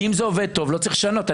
אם זה עובד טוב, לא צריך לשנות.